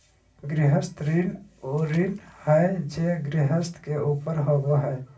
गृहस्थ ऋण उ ऋण हइ जे गृहस्थ के ऊपर होबो हइ